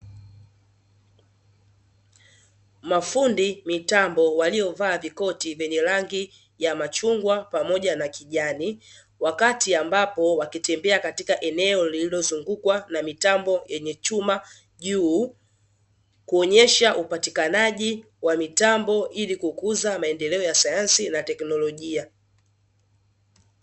Mafundi mitambo waliovaa vikoti vyenye rangi ya machungwa pamoja na kijani wakati ambapo wakitembea katika eneo lililozungukwa na mitambo yenye chuma juu kuonyesha upatikanaji wa mitambo ilil kukuza maendeleo ya sayansi na teknolojia.